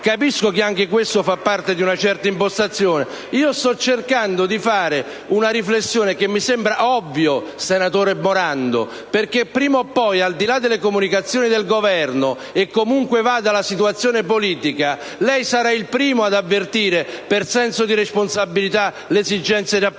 Capisco che anche questo fa parte di una certa impostazione; io però sto cercando di fare una riflessione che mi sembra ovvia, senatore Morando, perché prima o poi, al di là delle comunicazioni del Governo e comunque vada la situazione politica, lei sarà il primo ad avvertire, per senso di responsabilità, l'esigenza di approvare